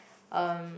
erm